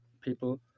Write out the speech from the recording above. people